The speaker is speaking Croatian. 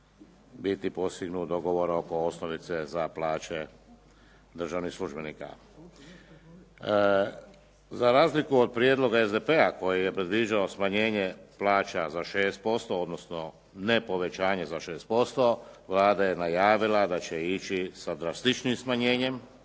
biti postignut dogovor oko osnovice za plaće državnih službenika. Za razliku od prijedloga SDP-a kojim je predviđeno smanjenje plaća za 6%, odnosno ne povećanje za 6%, Vlada je najavila da će ići sa drastičnijim smanjenjem,